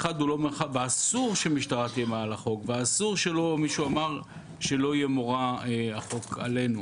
ואסור שמשטרה תהיה מעל החוק ואסור שלא יהיה מורא החוק עלינו.